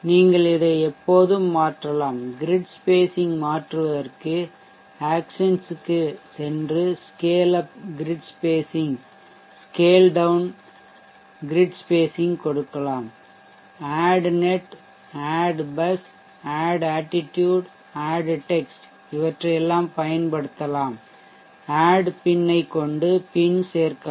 நீங்கள் இதை எப்போதும் மாற்றலாம் grid spacing மாற்றுவதற்கு actions க்கு சென்று scale up grid spacing scale down grid spacing கொடுக்கலாம் add net add bus add attitude add text இவற்றை எல்லாம் பயன் படுத்தலாம் add pin கொண்டு pin சேர்க்கலாம்